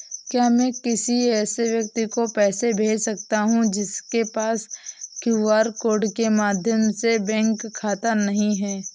क्या मैं किसी ऐसे व्यक्ति को पैसे भेज सकता हूँ जिसके पास क्यू.आर कोड के माध्यम से बैंक खाता नहीं है?